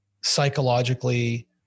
psychologically